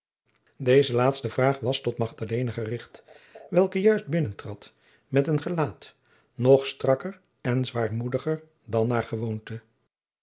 deze laatste vraag was tot magdalena gericht welke juist binnentrad met een gelaat nog strakker en zwaarmoediger dan naar gewoonte